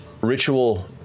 ritual